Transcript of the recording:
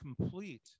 complete